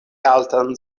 altan